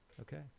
okay